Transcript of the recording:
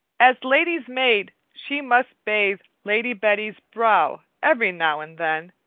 as lady's maid she must bathe lady betty's brow every now and then,